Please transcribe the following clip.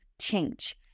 change